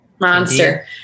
Monster